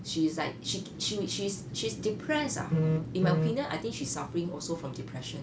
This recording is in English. she's like she ke~ she's she's depressed ah in my opinion I think she's suffering also from depression